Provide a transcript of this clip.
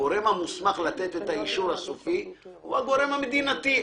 הגורם המוסמך לתת את האישור הסופי הוא הגורם המדינתי,